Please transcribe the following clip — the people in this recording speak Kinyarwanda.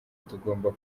tugomba